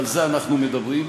ועל זה אנחנו מדברים,